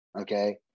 Okay